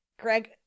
Greg